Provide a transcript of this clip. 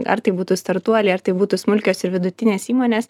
ar tai būtų startuoliai ar tai būtų smulkios ir vidutinės įmonės